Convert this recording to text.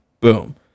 Boom